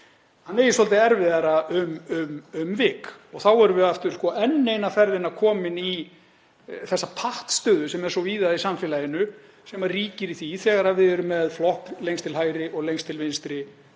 eigi svolítið erfiðara um vik. Þá erum við aftur og enn eina ferðina komin í þessa pattstöðu sem er svo víða í samfélaginu, sem ríkir þegar við erum með flokk lengst til hægri og lengst til vinstri saman